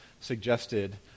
suggested